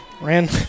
Ran